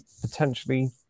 potentially